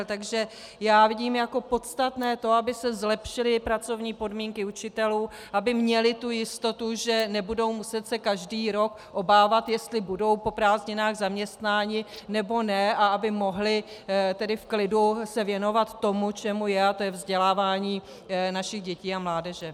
Takže já vidím jako podstatné to, aby se zlepšily pracovní podmínky učitelů, aby měli jistotu, že se nebudou muset každý rok obávat, jestli budou po prázdninách zaměstnáni, nebo ne, a aby mohli v klidu se věnovat tomu, čemu mají, a to je vzdělávání našich dětí a mládeže.